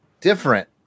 different